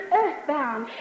earthbound